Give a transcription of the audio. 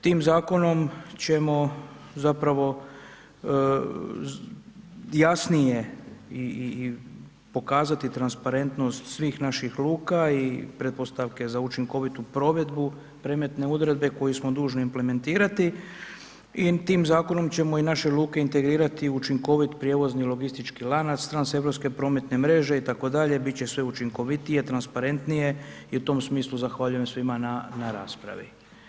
Tim zakonom ćemo zapravo jasnije i pokazati transparentnost svih naših luka i pretpostavke za učinkovitu provedbu predmetne odredbe koju smo dužni implementirati i tim zakonom ćemo i naše luke integrirati u učinkovit prijevozni logistički lanac transeuropske prometne mreže, itd., bit će sve učinkovitije, transparentnije i u tom smislu zahvaljujem svima na raspravi.